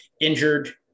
injured